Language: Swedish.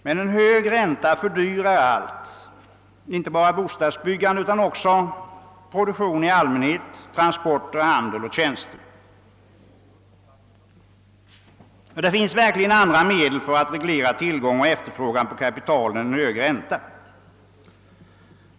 Men en hög ränta fördyrar allt, inte bara bostadsbyggandet utan också produktionen i allmänhet, transporter, handel och tjänster. Och det finns verkligen andra medel för att reglera tillgång och efterfrågan på kapital än en hög ränta.